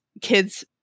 kids